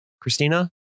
Christina